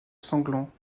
sanglant